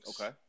Okay